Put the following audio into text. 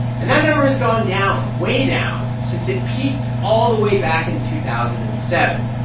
and that number has gone down, way down, since it peaked all the way back in two thousand and seven.